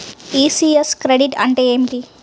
ECS credit అంటే ఏమిటి?